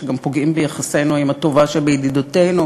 שגם פוגעים ביחסינו עם הטובה שבידידותינו,